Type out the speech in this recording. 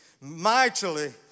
mightily